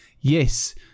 Yes